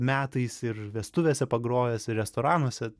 metais ir vestuvėse pagrojęs ir restoranuose